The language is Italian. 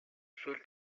sul